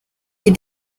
wie